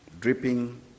dripping